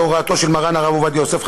בהוראתו של מרן הרב עובדיה יוסף,